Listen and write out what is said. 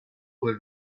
pull